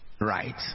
right